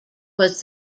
was